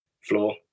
floor